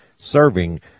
Serving